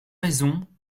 raison